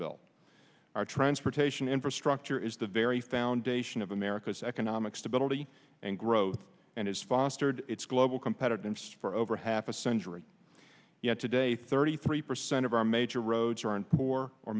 bill our transportation infrastructure is the very foundation of america's economic stability and growth and has fostered its global competitiveness for over half a century yet today thirty three percent of our major roads aren't poor or